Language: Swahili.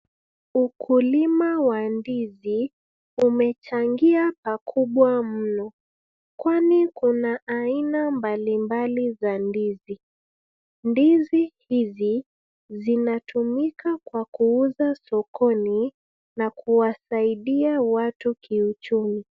Ukulima wa ndizi umechangia pakubwa mno, kwani kuna aina mingi za ndizi. Ndizi hizi zinatumika kwa kuuza sokoni na kuwasaidia watu kiuchumi.